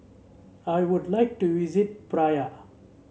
I would like to visit Praia